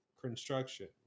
construction